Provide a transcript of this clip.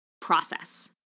process